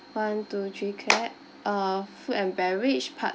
one two three clap err food and beverage part